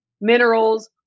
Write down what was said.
minerals